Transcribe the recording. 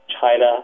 China